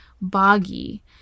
boggy